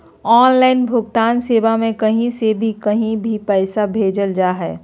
online भुगतान सेवा में कही से भी कही भी पैसा भेजल जा हइ